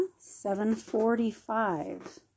745